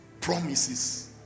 promises